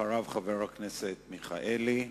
אחריו, חבר הכנסת אברהם מיכאלי.